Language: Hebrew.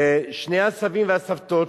ושני הסבים והסבתות,